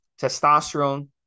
testosterone